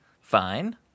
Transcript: fine